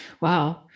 Wow